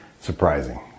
surprising